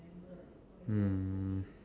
um